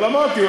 אבל אמרתי,